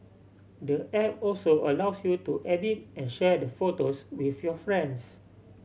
the app also allows you to edit and share the photos with your friends